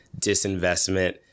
disinvestment